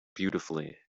beautifully